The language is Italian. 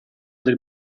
del